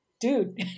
dude